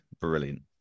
Brilliant